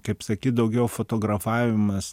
kaip sakyt daugiau fotografavimas